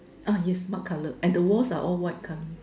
uh yes mud colour and the walls are all white colour